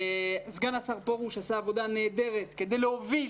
סגן השר פורוש עשה עבודה נהדרת כדי להוביל